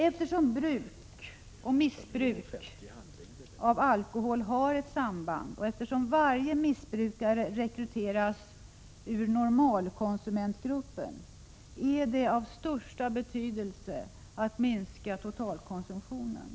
Eftersom bruk och missbruk av alkohol har ett samband och eftersom varje missbrukare rekryteras ur ”normalkonsumentgruppen” är det av största betydelse att minska totalkonsumtionen.